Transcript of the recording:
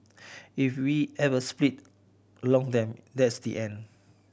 if we ever split along them that's the end